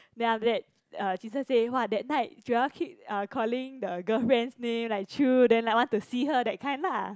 then after that uh jun sheng say !wah! that night Joel keep uh calling the girlfriend's name like Chu then like want to see her that kind lah